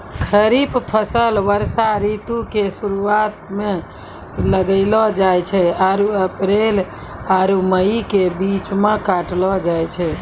खरीफ फसल वर्षा ऋतु के शुरुआते मे लगैलो जाय छै आरु अप्रैल आरु मई के बीच मे काटलो जाय छै